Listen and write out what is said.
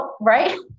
right